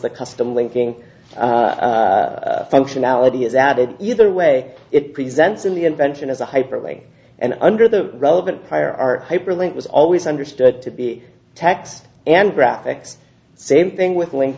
the custom linking functionality is added either way it presents in the invention as a hyperlink and under the relevant prior are hyperlink was always understood to be text and graphics same thing with link